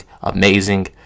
amazing